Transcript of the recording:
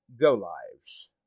go-lives